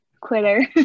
quitter